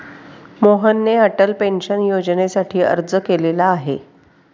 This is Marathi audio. मोहनने अटल पेन्शन योजनेसाठी अर्ज केलेला आहे